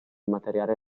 materiale